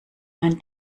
ein